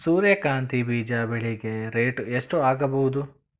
ಸೂರ್ಯ ಕಾಂತಿ ಬೀಜ ಬೆಳಿಗೆ ರೇಟ್ ಎಷ್ಟ ಆಗಬಹುದು?